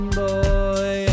boy